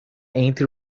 entre